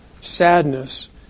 sadness